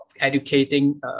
educating